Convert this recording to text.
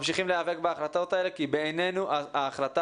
ממשיכים להיאבק בהחלטות האלה כי בעינינו החלטה